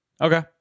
Okay